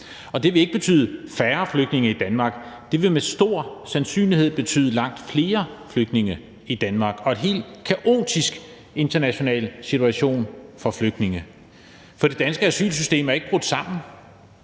det vil ikke betyde færre flygtninge i Danmark. Det vil med stor sandsynlighed betyde langt flere flygtninge i Danmark og en helt kaotisk international situation for flygtninge. For det danske asylsystem er ikke brudt sammen.